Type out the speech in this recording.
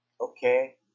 okay